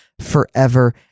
forever